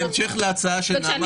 בהמשך להצעה של נעמה,